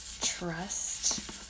trust